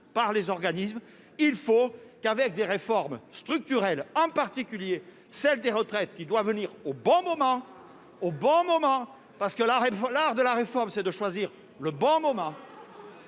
par les organismes, il faut qu'avec des réformes structurelles, en particulier celle des retraites qui doit venir au bon moment au bon moment parce que la, l'art de la réforme, c'est de choisir le bon moment.